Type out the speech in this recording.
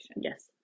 yes